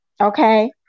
okay